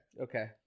okay